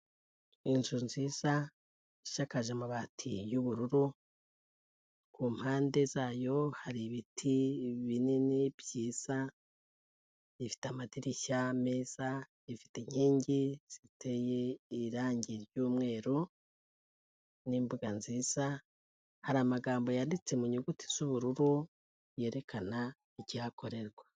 Inzu nziza ishakaje amabati y'ubururu, ku mpande zayo hari ibiti binini byiza, ifite amadirishya meza, ifite inkingi ziteye irangi ry'umweru n'imbuga nziza, hari amagambo yanditse mu nyuguti z'ubururu yerekana ikihakorerwa.